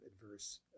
adverse